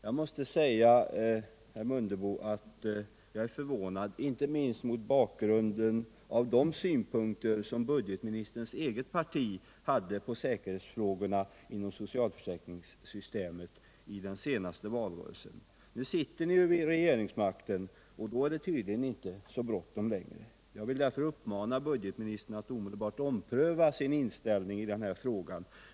Jag måste säga, herr Mundebo, att jag är förvånad, inte minst mot bakgrunden av de synpunkter som budgetministerns eget parti hade på säkerhetsfrågorna inom socialförsäkringssystemet i den senaste valrörelsen. Nu sitter ni JN vid regeringsmakten, och då är det tydligen inte så bråttom längre. Jag vill därför uppmana budgetministern att omedelbart ompröva sin inställning i denna fråga.